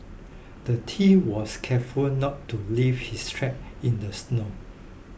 the thief was careful to not leave his track in the snow